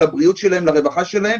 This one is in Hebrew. לבריאות שלהם ולרווחה שלהם.